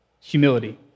Humility